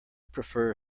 prefer